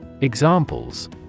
Examples